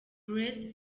grace